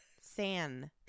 San